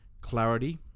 Clarity